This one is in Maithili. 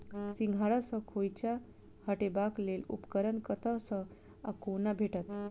सिंघाड़ा सऽ खोइंचा हटेबाक लेल उपकरण कतह सऽ आ कोना भेटत?